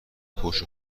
پشت